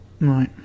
Right